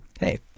Hey